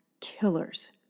killers